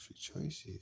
choices